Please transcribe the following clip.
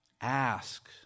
Ask